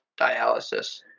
dialysis